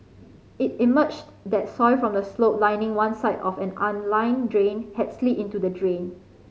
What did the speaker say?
it emerged that soil from the slope lining one side of an unlined drain had slid into the drain